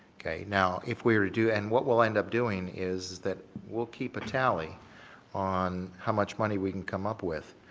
okay. now, if we were to do and what we'll end up doing is that we'll keep a tally on how much money we can come up with.